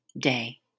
day